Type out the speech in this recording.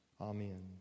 Amen